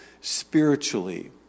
spiritually